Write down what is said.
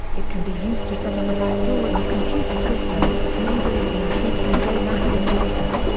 it can be used to set up a back door in a computer system, enabling the intruder to gain access later.